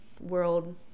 world